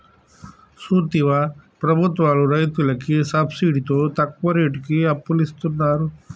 సూత్తివా ప్రభుత్వాలు రైతులకి సబ్సిడితో తక్కువ రేటుకి అప్పులిస్తున్నరు